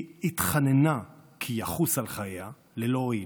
היא התחננה כי יחוס על חייה, ללא הועיל,